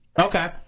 Okay